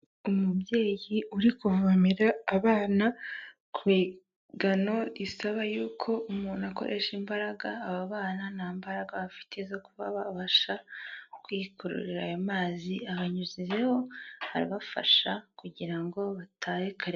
Umubyeyi uri kuvomera abana ku migano isaba yuko umuntu akoresha imbaraga, aba bana nta mbaraga bafite zo kuba babasha kwikururira ayo mazi, abanyuzeho rero arabafasha kugira ngo batahe kare...